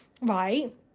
right